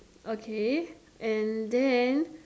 okay and then